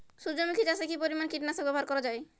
সূর্যমুখি চাষে কি পরিমান কীটনাশক ব্যবহার করা যায়?